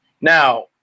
Now